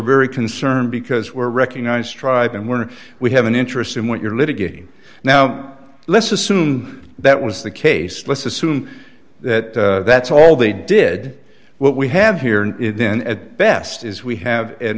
very concerned because we're recognized tribe and when we have an interest in what you're litigating now let's assume that was the case let's assume that that's all they did what we have here and then at best is we have